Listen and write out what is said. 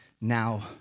now